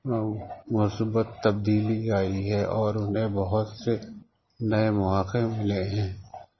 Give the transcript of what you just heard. مثبت تبدیلی آئی ہے اور انہیں بہت سے نئے مواقع ملے ہیں